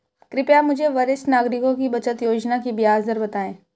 कृपया मुझे वरिष्ठ नागरिकों की बचत योजना की ब्याज दर बताएं